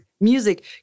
music